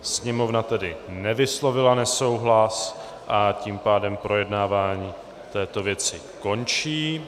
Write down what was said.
Sněmovna tedy nevyslovila nesouhlas, a tím pádem projednávání této věci končí.